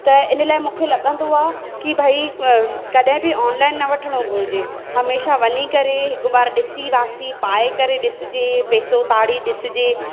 त इन लाइ मूंखे लॻंदो आहे की भाई कॾहिं बि ऑनलाइन न वठिणो घुरिजे हमेशा वञी करे हिकु बार ॾिसी ईंदासीं पाए करे ॾिसिजे पैसो ताड़ी ॾिसिजे